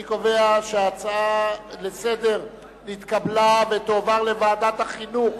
אני קובע שההצעה לסדר-היום נתקבלה ותועבר לוועדת החינוך,